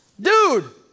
dude